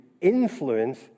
influence